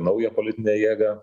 naują politinę jėgą